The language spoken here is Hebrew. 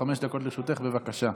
חמש דקות לרשותך, בבקשה.